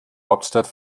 hauptstadt